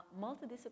multidisciplinary